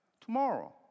Tomorrow